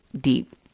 deep